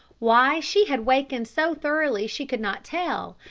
why she had wakened so thoroughly she could not tell,